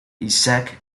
isaac